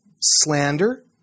slander